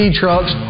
trucks